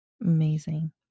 Amazing